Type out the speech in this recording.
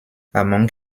among